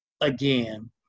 again